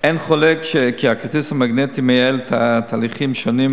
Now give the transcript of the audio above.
אין חולק כי הכרטיס המגנטי מייעל תהליכים שונים